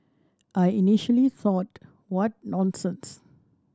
I initially thought what nonsense